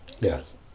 Yes